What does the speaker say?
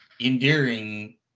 endearing